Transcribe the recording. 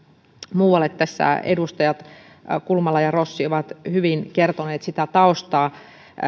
muualle tässä edustajat kulmala ja rossi ovat hyvin kertoneet sitä taustaa